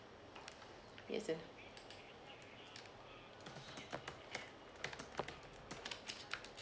yes ah